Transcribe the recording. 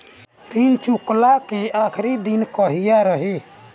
ऋण चुकव्ला के आखिरी दिन कहिया रही?